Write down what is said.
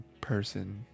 person